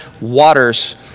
waters